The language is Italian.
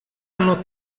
hanno